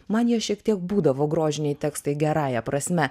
man jie šiek tiek būdavo grožiniai tekstai gerąja prasme